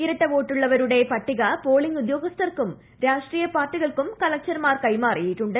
ഇരട്ട വോട്ടുള്ളവരുടെ പട്ടിക പോളിംഗ് ഉദ്യോഗസ്ഥർക്കും രാഷ്ട്രീയ പാർട്ടികൾക്കും കളക്ടർമാർ കൈമാറിയിട്ടുണ്ട്